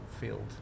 field